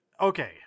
okay